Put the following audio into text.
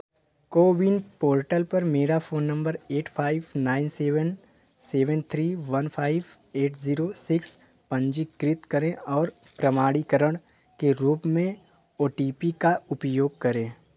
CoWIN portal पर मेरा phone number eight five nine seven seven three one five eight zero six पंजीकृत करें और प्रमाणीकरण के रूप में ओ टी पी का उपयोग करें